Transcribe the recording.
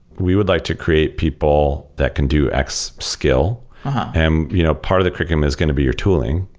we would like to create people that can do x-skill. and you know part of the curriculum is going to be your tooling.